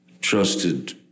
trusted